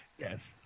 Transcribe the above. Yes